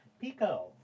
Pico